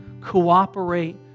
Cooperate